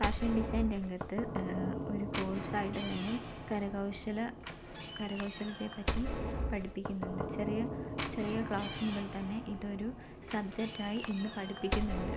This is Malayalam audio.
ഫാഷൻ ഡിസൈൻ രംഗത്ത് ഒരു കോഴ്സായിട്ട് തന്നെ കരകൗശല കരകൗശലത്തെ പറ്റി പഠിപ്പിക്കുന്നുണ്ട് ചെറിയ ചെറിയ ക്ലാസ്സ് മുതൽ തന്നെ ഇതൊരു സബ്ജെറ്റായി ഇന്ന് പഠിപ്പിക്കുന്നുണ്ട്